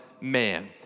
man